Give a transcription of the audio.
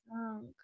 Drunk